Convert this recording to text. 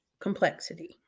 complexity